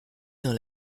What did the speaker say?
dans